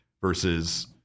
versus